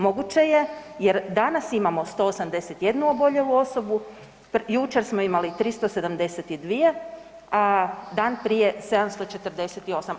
Moguće je jer danas imamo 181 oboljelu osobu, jučer smo imali 372, a dan prije 748.